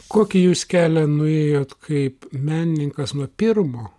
kokį jūs kelią nuėjot kaip menininkas nuo pirmo